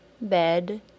bed